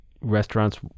restaurants